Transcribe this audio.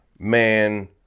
Man